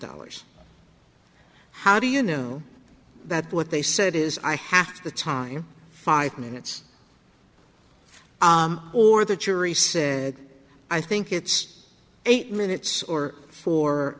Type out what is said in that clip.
dollars how do you know that what they said is i half the time five minutes or the jury said i think it's eight minutes or fo